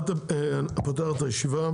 אני פותח את הישיבה.